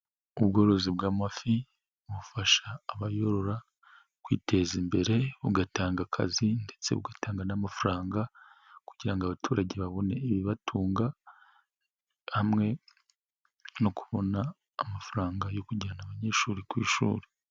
Ubworozi bw'amafi, bufasha abayobora, kwiteza imbere bugatanga akazi ndetse bugatanga n'amafaranga, kugira ngo abaturage babone ibibatunga, hamwe no kubona amafaranga yo kujyana abanyeshuri ku ishuri.